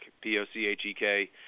P-O-C-H-E-K